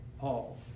Paul